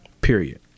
Period